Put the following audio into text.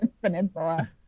peninsula